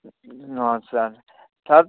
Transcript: अँ sir sir